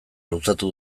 luzatu